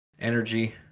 energy